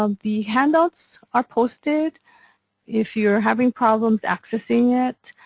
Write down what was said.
um the handouts are posted if you're having problems accessing it.